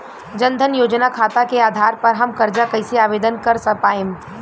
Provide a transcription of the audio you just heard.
जन धन योजना खाता के आधार पर हम कर्जा कईसे आवेदन कर पाएम?